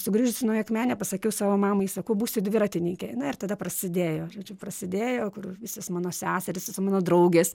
sugrįžusi į naująją akmenę pasakiau savo mamai sakau būsiu dviratininkė na ir tada prasidėjo žodžiu prasidėjo kur visos mano seserys mano draugės